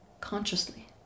consciously